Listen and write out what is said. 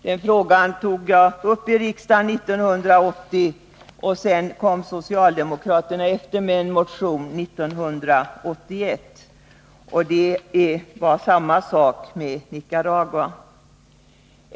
Den frågan tog jag upp i riksdagen 1980, och sedan kom socialdemokraterna efter 1981. Det var samma sak med Nicaragua.